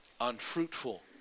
unfruitful